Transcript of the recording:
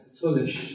foolish